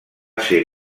ser